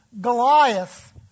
Goliath